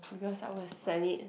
because I was sent it